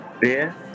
beer